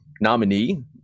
nominee